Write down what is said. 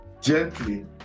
gently